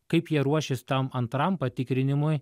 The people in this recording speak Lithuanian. kaip jie ruošis tam antram patikrinimui